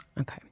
Okay